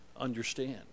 understand